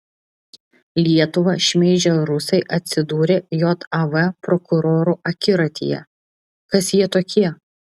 lietuvą šmeižę rusai atsidūrė jav prokurorų akiratyje kas jie tokie